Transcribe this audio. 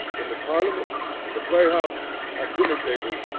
in the parliament, in the play-house, at dinner-tables,